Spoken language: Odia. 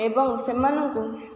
ଏବଂ ସେମାନଙ୍କୁ